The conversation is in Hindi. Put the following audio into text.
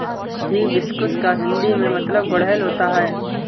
हिबिस्कुस का हिंदी में मतलब गुड़हल होता है